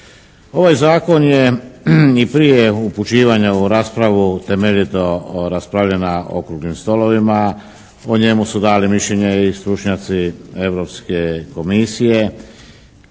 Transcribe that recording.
Ovaj Zakon je i prije upućivanja u raspravu temeljito raspravljen na okruglim stolovima. O njemu su dali mišljenje i stručnjaci Europske komisije.